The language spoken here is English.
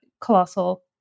colossal